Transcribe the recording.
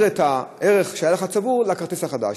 את הערך שהיה לך צבור לכרטיס החדש.